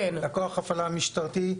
לכוח הפעלה המשטרתי,